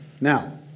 Now